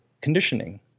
conditioning